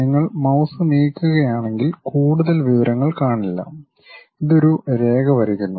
നിങ്ങൾ മൌസ് നീക്കുകയാണെങ്കിൽ കൂടുതൽ വിവരങ്ങൾ കാണില്ല ഇത് ഒരു രേഖ വരയ്ക്കുന്നു